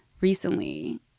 recently